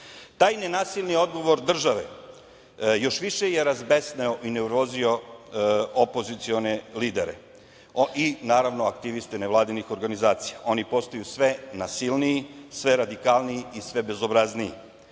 nenasilni odgovor države još više je razbesneo i neurozio opozicione lidere i naravno aktiviste nevladinih organizacija, oni postaju sve nasilniji, sve radikalniji i sve bezobrazniji